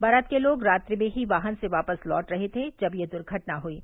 बारात के लोग रात्रि में ही वाहन से वापस लौट रहे थे जब यह दुर्घटना हयी